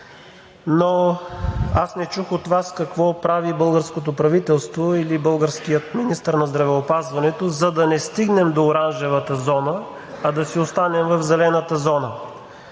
но не чух от Вас, какво прави българското правителство или българският министър на здравеопазването, за да не стигнем до оранжевата зона, а ди си останем в зелената зона.